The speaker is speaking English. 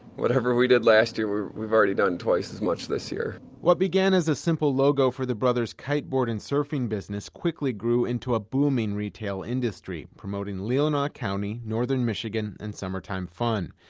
whatever we did last year we've already done twice as much this year. what began as a simple logo for the brother's kiteboard and surfing business quickly grew into a booming retail industry, promoting leelanau county, northern michigan and summertime fun.